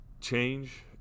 change